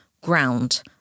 ground